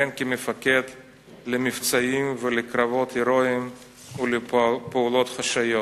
כמפקד, למבצעים, לקרבות הירואיים ולפעולות חשאיות.